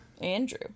Andrew